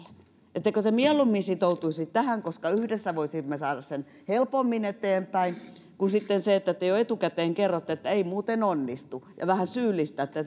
ettekö te mieluummin sitoutuisi tähän koska yhdessä voisimme saada sen helpommin eteenpäin kuin että te jo etukäteen kerrotte ettei muuten onnistu ja vähän syyllistätte